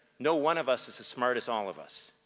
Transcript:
no one of us as smart as all of us.